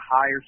higher